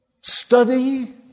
study